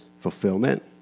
fulfillment